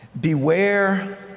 beware